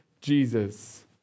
Jesus